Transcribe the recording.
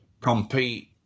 compete